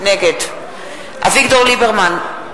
נגד אביגדור ליברמן,